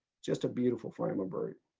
just a beautiful frame of brood.